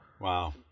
Wow